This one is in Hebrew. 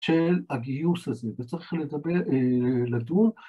‫של הגיוס הזה, וצריך לדבר, לדון.